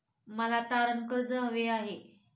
मला तारण कर्ज हवे आहे